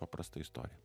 paprasta istorija